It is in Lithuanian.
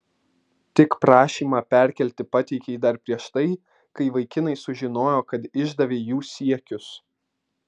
tik prašymą perkelti pateikei dar prieš tai kai vaikinai sužinojo kad išdavei jų siekius